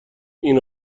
این